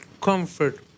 comfort